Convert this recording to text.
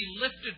lifted